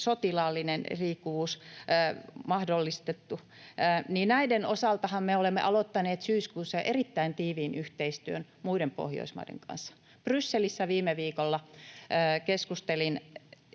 sotilaallinen liikkuvuus mahdollistettu — näiden osaltahan me olemme aloittaneet syyskuussa erittäin tiiviin yhteistyön muiden Pohjoismaiden kanssa. Brysselissä viime viikolla keskustelin